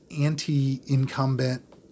anti-incumbent